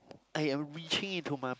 I am reaching in to my